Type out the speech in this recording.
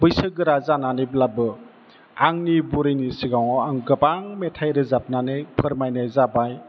बैसो गोरा जानानैब्लाबो आंनि बुरैनि सिगाङाव आं गोबां मेथाइ रोजाबनानै फोरमायनाय जाबाय